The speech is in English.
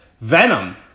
Venom